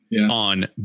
on